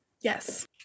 Yes